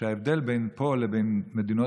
שההבדל בין פה למדינות